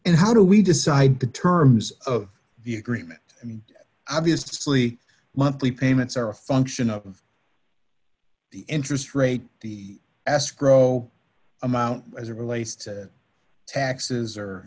and how do we decide the terms of the agreement and obviously monthly payments are a function of the interest rate the escrow amount as it relates to taxes or